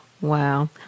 Wow